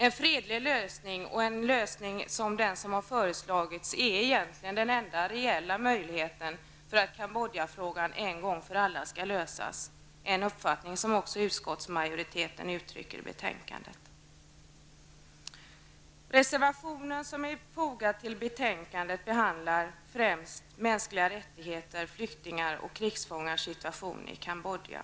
En fredlig lösning är egentligen den enda reella möjligheten för att Kambodjafrågan en gång för alla skall lösas, en uppfattning som också utskottsmajoriteten uttrycker i betänkandet. Reservationen som fogats till betänkandet behandlar främst mänskliga rättigheter samt flyktingars och krigsfångars situation i Kambodja.